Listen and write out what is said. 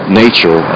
nature